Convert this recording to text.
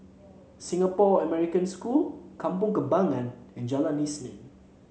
Singapore American School Kampong Kembangan and Jalan Isnin